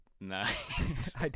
Nice